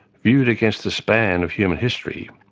viewed against the span of human history,